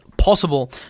possible